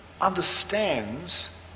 understands